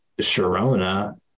sharona